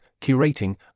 curating